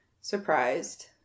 surprised